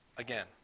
Again